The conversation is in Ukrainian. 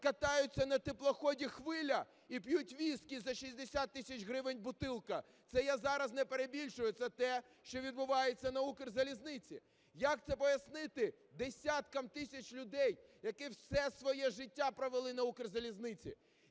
катаються на теплоході "Хвиля" і п'ють віскі за 60 тисяч гривень бутилка? Це я зараз не перебільшую, це те, що відбувається на Укрзалізниці. Як це пояснити десяткам тисяч людей, які все своє життя провели на Укрзалізниці?